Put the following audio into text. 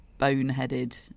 boneheaded